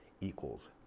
equals